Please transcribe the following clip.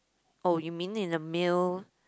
oh you mean in a meal